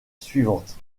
suivante